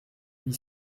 huit